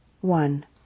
one